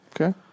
Okay